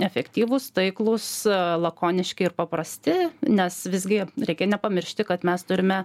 efektyvūs taiklūs lakoniški ir paprasti nes visgi reikia nepamiršti kad mes turime